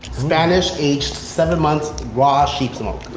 spanish, aged seven months, raw sheep's milk.